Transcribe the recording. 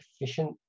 efficient